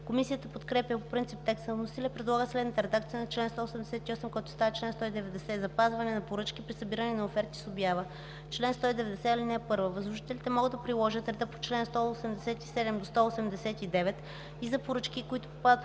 Комисията подкрепя по принцип текста на вносителя и предлага следната редакция на чл. 188, който става чл. 190: „Запазване на поръчки при събиране на оферти с обява Чл. 190. (1) Възложителите могат да приложат реда по чл. 187-189 и за поръчки, които попадат